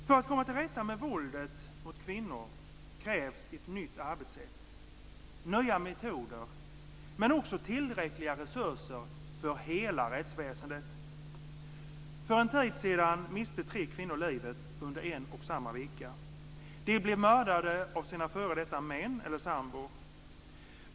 För att komma till rätta med våldet mot kvinnor krävs ett nytt arbetsätt och nya metoder, men också tillräckliga resurser för hela rättsväsendet. För en tid sedan miste tre kvinnor livet under en och samma vecka. De blev mördade av sina f.d. män eller sambor.